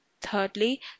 Thirdly